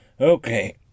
Okay